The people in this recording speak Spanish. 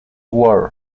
war